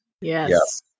Yes